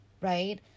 right